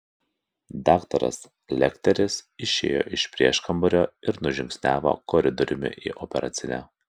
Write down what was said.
daktaras lekteris išėjo iš prieškambario ir nužingsniavo koridoriumi į operacinę